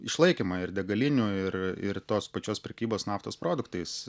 išlaikymą ir degalinių ir ir tos pačios prekybos naftos produktais